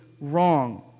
wrong